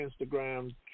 Instagram